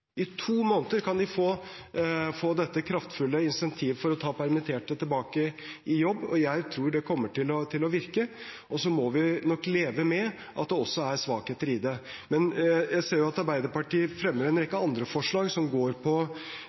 i to måneder. I to måneder kan de få dette kraftfulle insentivet til å ta permitterte tilbake i jobb, og jeg tror det kommer til å virke. Så må vi nok leve med at det også er svakheter i det. Jeg ser at Arbeiderpartiet fremmer en rekke andre forslag som går på